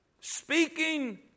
Speaking